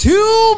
Two